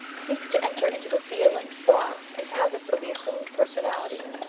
seeks to enter into the feelings, thoughts, and habits of the assumed personality,